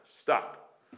Stop